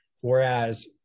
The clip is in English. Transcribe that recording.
whereas